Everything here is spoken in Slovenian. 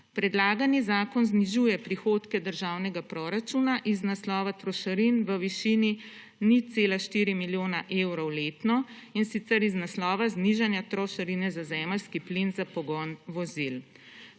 Predlagani zakon znižuje prihodke državnega proračuna iz naslova trošarin v višini 0,4 milijona evrov letno, in sicer iz naslova znižanja trošarine za zemeljski plin za pogon vozil.